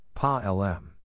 PA-LM